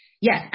Yes